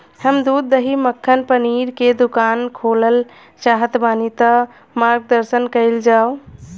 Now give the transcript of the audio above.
हम दूध दही मक्खन पनीर के दुकान खोलल चाहतानी ता मार्गदर्शन कइल जाव?